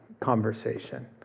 conversation